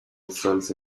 results